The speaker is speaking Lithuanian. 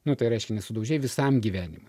nu tai reiškia nesudaužei visam gyvenimui